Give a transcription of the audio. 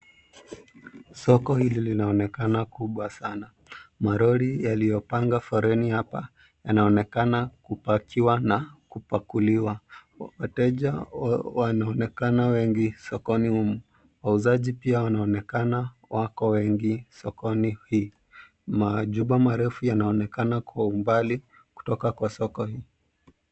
Soko hili linaonekana kubwa sana. Malori yaliyopanga foleni hapa yanaonekana kupakiwa na kupakuliwa. Wateja wanaonekana wengi sokoni humu. Wauzaji pia wanaonekana wako wengi sokoni hii. Majumba marefu yanaonekana kwa umbali kutoka kwa soko hii.